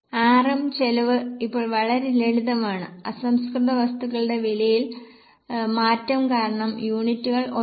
RM ചെലവ് ഇപ്പോൾ വളരെ ലളിതമാണ് അസംസ്കൃത വസ്തുക്കളുടെ വിലയിലെ മാറ്റം കാരണം യൂണിറ്റുകൾ 1